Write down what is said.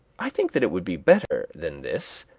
i think that it would be better than this,